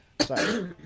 sorry